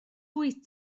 wyt